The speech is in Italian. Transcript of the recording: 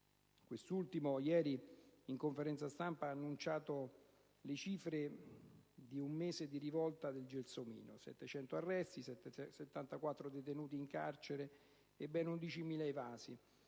Ben Ali. Ieri, in conferenza stampa, sono state annunciate le cifre di un mese di «rivolta del gelsomino»: 700 arresti, 74 detenuti in carcere e ben 11.000 evasi.